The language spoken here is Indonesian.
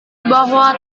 bahwa